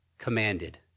Commanded